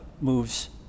moves